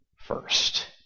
first